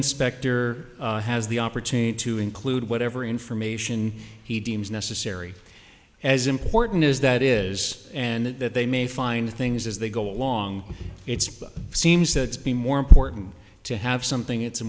inspector has the opportunity to include whatever information he deems necessary as important as that is and that they may find things as they go along it's but seems to be more important to have something it's a